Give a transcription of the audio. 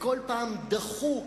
וכל פעם דחו,